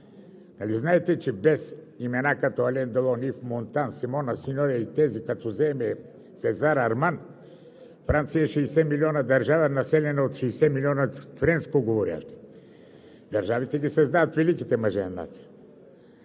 Нали знаете, че без имена като Ален Делон, Ив Монтан, Симон Синьоре и тези, като се вземат Сезар, Арман – Франция е 60-милионна държава, населена от 60 милиона френскоговорящи, държавите ги създават великите мъже на